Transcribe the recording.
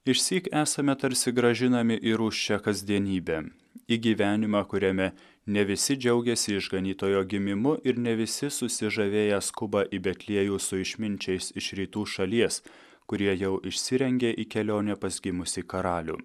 išsyk esame tarsi grąžinami į rūsčią kasdienybę į gyvenimą kuriame ne visi džiaugėsi išganytojo gimimu ir ne visi susižavėję skuba į betliejų su išminčiais iš rytų šalies kurie jau išsirengė į kelionę pas gimusį karalių